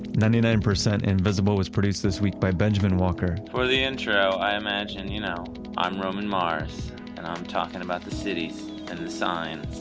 ninety nine percent invisible is produced this week by benjamen walker for the intro, i imagine you know i'm roman mars and i'm talking about the cities and the signs,